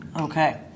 Okay